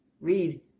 Read